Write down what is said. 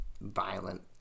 violent